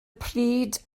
pryd